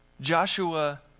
Joshua